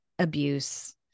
abuse